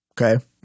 Okay